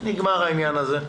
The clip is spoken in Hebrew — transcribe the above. נגמר העניין הזה.